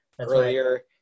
earlier